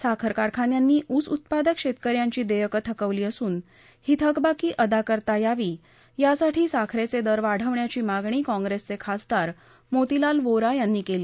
साखर कारखान्यांनी ऊस उत्पादक शेतकऱ्यांची देयकं थकवली असून ही थकबाकी अदा करता यावी यासाठी साखरेचे दर वाढवण्याची मागणी काँग्रेसचे खासदार मोतीलाल व्होरा यांनी केली